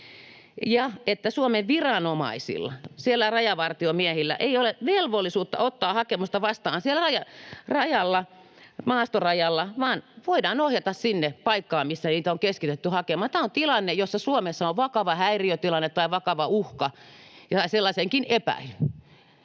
ja että Suomen viranomaisilla, rajavartiomiehillä, ei ole velvollisuutta ottaa hakemusta vastaan siellä rajalla, maastorajalla, vaan voidaan ohjata siihen paikkaan, mihin niitä on keskitetty hakemaan. Tämä on tilanne, jossa Suomessa on vakava häiriötilanne tai vakava uhka, sellaisenkin epäily,